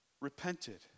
repented